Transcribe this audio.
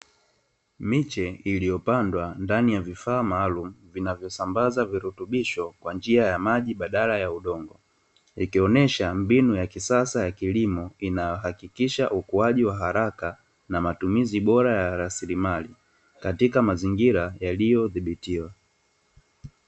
Miche iliopandwa ndani ya vifaa maalumu vinavyosambaza virutubisho kwa njia ya maji badala ya udongo, ikionesha mbinu ya kisasa ya kilimo. Inahakikisha ukuaji wa haraka na matumizi bora ya rasilimali, katika mazingira yaliyodhibitiwa.